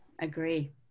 Agree